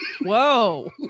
Whoa